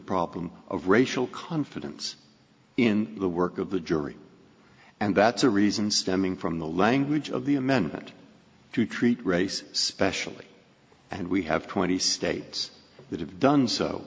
problem of racial confidence in the work of the jury and that's a reason stemming from the language of the amendment to treat race specially and we have twenty states that have done so